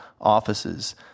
offices